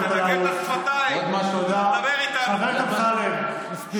תנקה את השפתיים, חבר הכנסת אמסלם, מספיק.